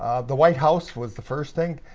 ah the white house was the first thing.